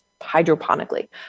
hydroponically